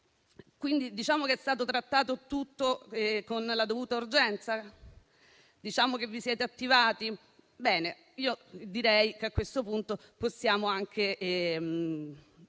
Quindi diciamo che è stato trattato tutto con la dovuta urgenza? Diciamo che vi siete attivati? Direi che a questo punto possiamo anche